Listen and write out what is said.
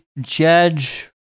Judge